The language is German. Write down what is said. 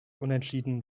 unentschieden